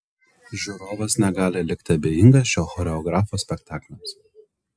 žiūrovas negali likti abejingas šio choreografo spektakliams